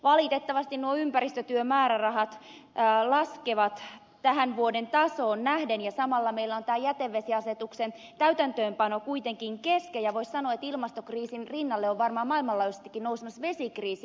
valitettavasti ympäristötyömäärärahat laskevat tämän vuoden tasoon nähden ja samalla meillä on tämä jätevesiasetuksen täytäntöönpano kuitenkin kesken ja voisi sanoa että ilmastokriisin rinnalle on varmaan maailmanlaajuisestikin nousemassa vesikriisi yhä vahvemmin